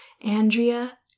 Andrea